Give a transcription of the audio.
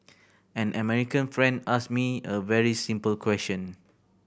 an American friend asked me a very simple question